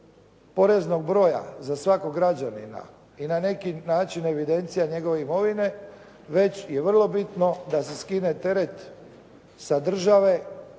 poreznog broja za svakog građanina i na neki način evidencija njegove imovine, već je vrlo bitno da se skine teret sa države